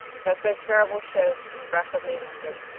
so terrible shows in the wreck of maidenhood,